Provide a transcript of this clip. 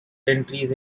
entries